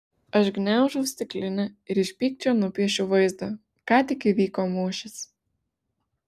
aš gniaužau stiklinę ir iš pykčio nupiešiu vaizdą ką tik įvyko mūšis